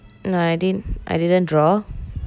nah I didn't I didn't draw